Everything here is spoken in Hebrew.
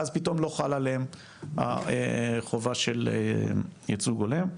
ואז פתאום לא חל עליהם החובה של ייצוג הולם.